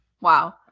Wow